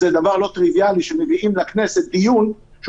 זה דבר לא טריוויאלי שמביאים לכנסת דיון שהוא